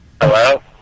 hello